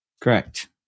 Correct